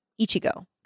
Ichigo